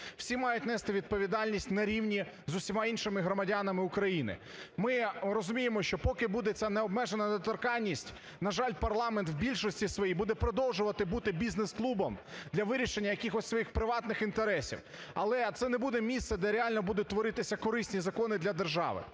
всі мають нести відповідальність на рівні з усіма іншими громадянами України. Ми розуміємо, що поки буде ця необмежена недоторканність, на жаль, парламент в більшості своїй буде продовжувати бути бізнес-клубом для вирішення якихось своїх приватних інтересів, але це не буде місце, де реально будуть творитися корисні закони для держави.